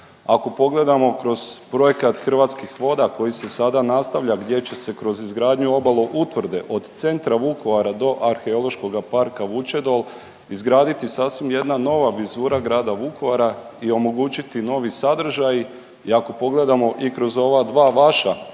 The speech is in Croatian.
ako pogledamo kroz projekat Hrvatskih voda koji se sada nastavlja, gdje će se kroz izgradnju obaloutvrde od centra Vukovara do Arheološkoga parka Vučedol izgraditi sasvim jedna nova vizura grada Vukovara i omogućiti novi sadržaji i ako pogledamo i kroz ova dva vaša